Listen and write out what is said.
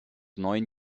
neun